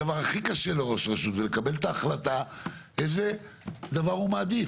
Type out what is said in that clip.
הדבר הכי קשה לראש רשות זה לקבל את ההחלטה איזה דבר הוא מעדיף?